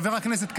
חבר הכנסת קריב.